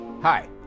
Hi